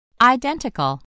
Identical